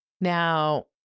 Now